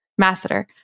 Masseter